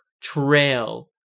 trail